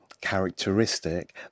characteristic